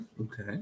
Okay